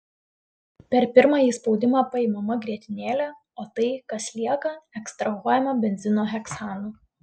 per pirmąjį spaudimą paimama grietinėlė o tai kas lieka ekstrahuojama benzino heksanu